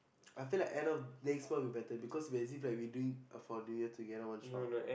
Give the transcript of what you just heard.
I feel like end of next month will better because we as if like we doing for New Year together one shot